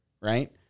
right